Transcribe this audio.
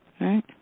right